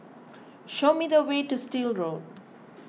show me the way to Still Road